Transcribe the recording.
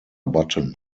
button